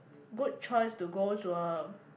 good choice to go to a